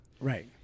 right